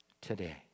today